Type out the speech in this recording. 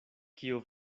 kio